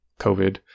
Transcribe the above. COVID